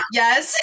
yes